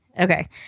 Okay